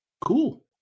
Cool